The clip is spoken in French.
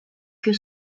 que